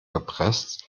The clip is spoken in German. gepresst